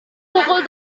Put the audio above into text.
pukul